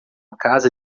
casa